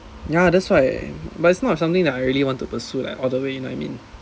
ya that's why but it's not something that I really want to pursue like all the way you know what I mean